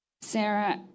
Sarah